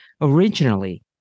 originally